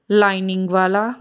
lining ਵਾਲਾ